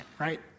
right